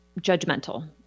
judgmental